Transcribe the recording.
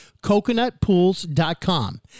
CoconutPools.com